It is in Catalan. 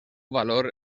valor